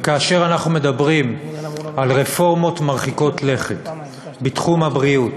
כאשר אנחנו מדברים על רפורמות מרחיקות לכת בתחום הבריאות,